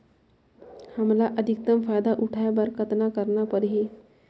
हमला अधिकतम फायदा उठाय बर कतना करना परही?